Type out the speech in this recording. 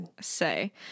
say